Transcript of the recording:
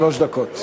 שלוש דקות.